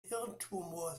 hirntumor